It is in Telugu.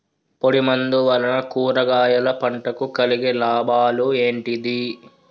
పొడిమందు వలన కూరగాయల పంటకు కలిగే లాభాలు ఏంటిది?